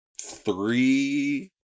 three